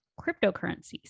cryptocurrencies